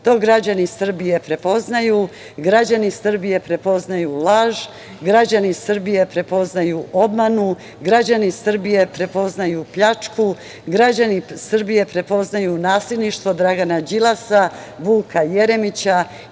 To građani Srbije prepoznaju. Građani Srbije prepoznaju laž, građani Srbije prepoznaju obmanu, građani Srbije prepoznaju pljačku, građani Srbije prepoznaju nasilništvo Dragana Đilasa, Vuka Jeremića